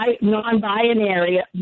non-binary